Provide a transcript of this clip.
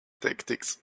tactics